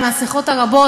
ומהשיחות הרבות,